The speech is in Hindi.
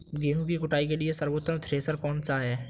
गेहूँ की कुटाई के लिए सर्वोत्तम थ्रेसर कौनसा है?